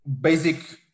basic